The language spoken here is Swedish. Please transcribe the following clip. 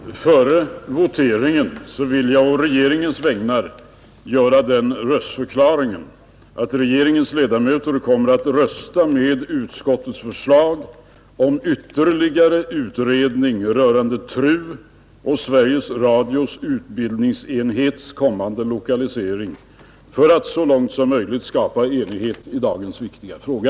Herr talman! Före voteringen vill jag å regeringens vägnar göra den röstförklaringen, att regeringens ledamöter kommer att rösta med utskottets förslag om ytterligare utredning rörande TRU och Sveriges Radios utbildningsenhets kommande lokalisering, för att så långt som möjligt skapa enighet i dagens viktiga fråga.